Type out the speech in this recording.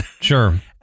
sure